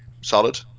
solid